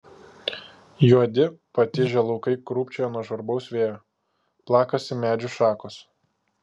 juodi patižę laukai krūpčioja nuo žvarbaus vėjo plakasi medžių šakos